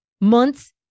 months